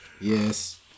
Yes